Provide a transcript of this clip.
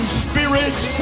spirits